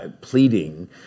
pleading